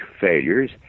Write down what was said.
failures